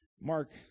mark